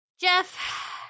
Jeff